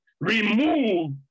Remove